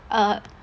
uh